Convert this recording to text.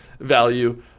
value